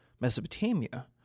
Mesopotamia